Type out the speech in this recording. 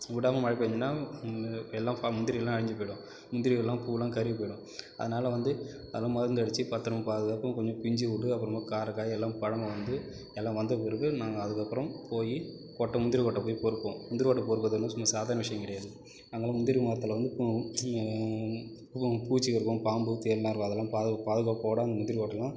விடாம மழை பெஞ்சுதுன்னா எல்லாம் ப முந்திரி எல்லாம் அழிஞ்சு போயிடும் முந்திரி எல்லாம் பூவெலாம் கருவி போயிடும் அதனால வந்து அதெலாம் மருந்து அடித்து பத்திரமா பார்த்துக்கணும் கொஞ்சம் பிஞ்சு விடும் அப்புறமா காய காய எல்லாம் பழமாக வந்து எல்லாம் வந்த பிறகு நாங்கள் அதுக்கு அப்புறம் போய் கொட்ட முந்திரி கொட்டை போய் பொறுக்குவோம் முந்திரி கொட்ட பொறுக்கிறது வந்து சும்மா சாதாரண விஷயம் கிடயாது அதெல்லாம் முந்திரி மரத்தில் வந்து பூச்சிகள் இருக்கும் பாம்பு தேள்லாம் இருக்கும் அதெல்லாம் பாது பாதுகாப்போடய முந்திரி கொட்டைலாம்